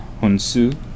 Hunsu